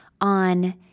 on